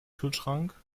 kühlschrank